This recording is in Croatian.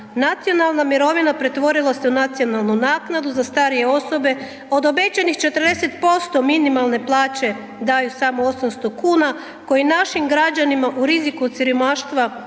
nacionalna mirovina pretvorila se i nacionalnu naknadu za starije osobe, od obećanih 40% minimalne plaće, daju samo 800 kn koji našim građanima u riziku od siromaštva